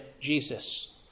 Jesus